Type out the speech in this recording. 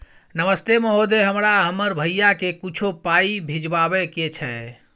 नमस्ते महोदय, हमरा हमर भैया के कुछो पाई भिजवावे के छै?